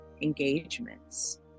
engagements